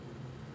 ya it's just